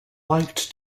liked